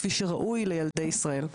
כפי שראוי לילדי ישראל.